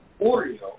Oreo